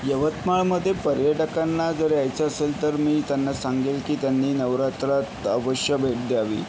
यवतमाळमध्ये पर्यटकांना जर यायचं असेल तर मी त्यांना सांगेल की त्यांनी नवरात्रात अवश्य भेट द्यावी